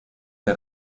dos